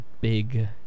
big